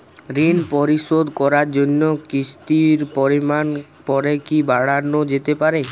ঋন পরিশোধ করার জন্য কিসতির পরিমান পরে কি বারানো যেতে পারে?